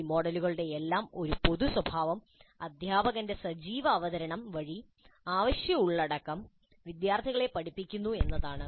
ഈ മോഡലുകളുടെയെല്ലാം ഒരു പൊതു സ്വാഭാവം അധ്യാപകന്റെ സജീവ അവതരണം വഴി അവശ്യഉള്ളടക്കം വിദ്യാർത്ഥികളെ പഠിപ്പിക്കുന്നു എന്നതാണ്